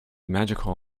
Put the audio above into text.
magical